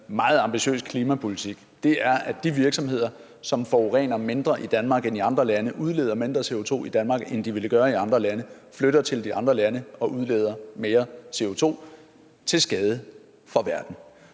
meget ambitiøs klimapolitik i Danmark er, at de virksomheder, som er i Danmark, og som forurener mindre end i andre lande, og som udleder mindre CO2, end de ville gøre i andre lande, flytter til de andre lande og udleder mere CO2 til skade for verden.